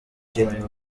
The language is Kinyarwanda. kiri